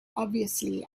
obviously